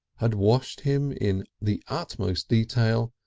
had washed him in the utmost detail,